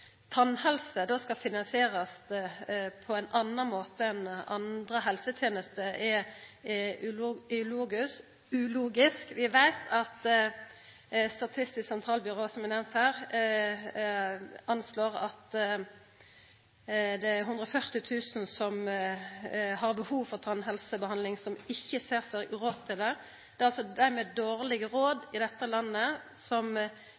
då skal finansierast på ein annan måte enn andre helsetenester, er ulogisk. Vi veit at Statistisk sentralbyrå, som er nemnt her, anslår at det er 140 000 som har behov for tannhelsebehandling, som ikkje har råd til det. Det er altså dei med dårleg råd i dette landet som